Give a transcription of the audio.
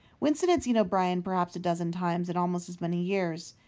winston had seen o'brien perhaps a dozen times in almost as many years.